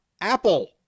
Apple